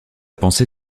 pensée